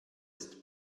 ist